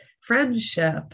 friendship